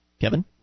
kevin